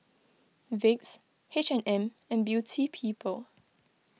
Vicks H and M and Beauty People